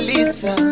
Lisa